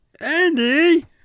Andy